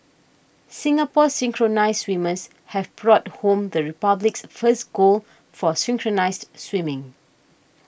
Singapore's synchronised swimmers have brought home the Republic's first gold for synchronised swimming